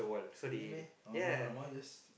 really meh oh no no no mine just